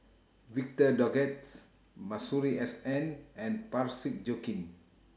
Victor Doggett's Masuri S N and Parsick Joaquim